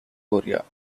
korea